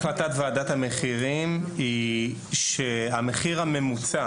החלטת וועדת המחירים היא שהמחיר הממוצע